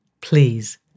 please